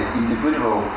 individual